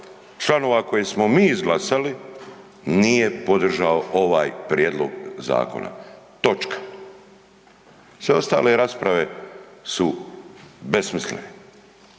članova koje smo mi izglasali nije podržao ovaj prijedlog zakona. Točka. Sve ostale rasprave su besmislene.